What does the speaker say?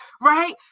Right